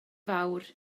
fawr